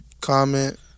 comment